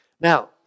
Now